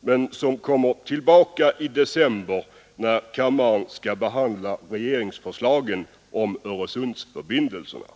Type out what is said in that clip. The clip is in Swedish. men som kommer tillbaka i december när kammaren skall behandla regeringsförslagen om Öresundsförbindelserna.